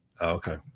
Okay